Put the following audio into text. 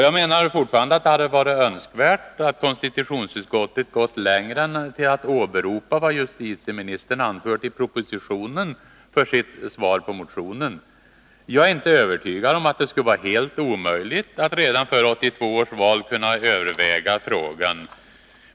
Jag menar fortfarande att det hade varit önskvärt att konstitutionsutskottet gått längre än att åberopa vad justitieministern anfört i propositionen som sitt svar på motionen. Jag är inte övertygad om att det skulle varit helt omöjligt att redan före 1982 års val kunna överväga frågan.